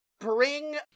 bring